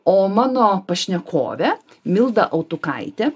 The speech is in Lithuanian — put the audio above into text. o mano pašnekovė milda autukaitė